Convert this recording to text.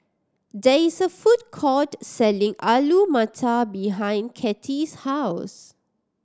there is a food court selling Alu Matar behind Cathy's house